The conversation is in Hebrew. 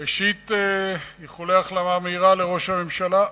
ראשית, איחולי החלמה מהירה לראש הממשלה.